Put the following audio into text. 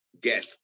get